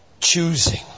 choosing